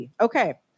Okay